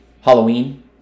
Halloween